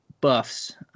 buffs